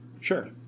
Sure